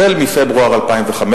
החל בפברואר 2005,